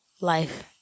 life